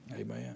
Amen